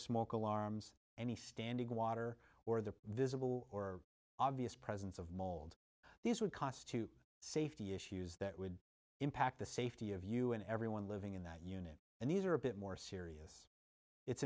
smoke alarms any standing water or the visible or obvious presence of mold these would constitute safety issues that would impact the safety of you and everyone living in that unit and these are a bit more serious it's